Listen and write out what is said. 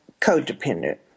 codependent